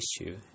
issue